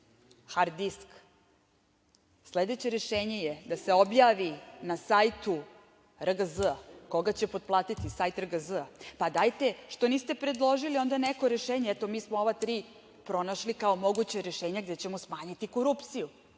hard disk? Sledeće rešenje je da se objavi na sajtu RGZ-a. Koga će potplatiti, sajt RGZ-a? Dajte, što niste predložili onda neko rešenje? Eto, mi smo ova tri pronašli kao moguće rešenja gde ćemo smanjiti korupciju.